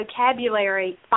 vocabulary